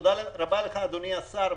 תודה רבה לך אדוני השר,